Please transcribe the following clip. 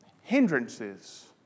hindrances